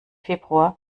februar